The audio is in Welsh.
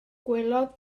gwelodd